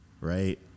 Right